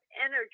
energy